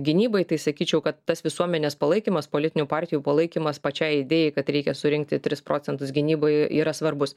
gynybai tai sakyčiau kad tas visuomenės palaikymas politinių partijų palaikymas pačiai idėjai kad reikia surinkti tris procentus gynybai yra svarbus